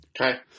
Okay